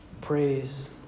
Praise